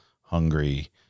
hungry